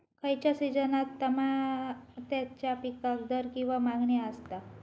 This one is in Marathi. खयच्या सिजनात तमात्याच्या पीकाक दर किंवा मागणी आसता?